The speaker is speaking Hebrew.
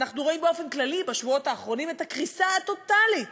אנחנו רואים באופן כללי בשבועות האחרונים את הקריסה הטוטלית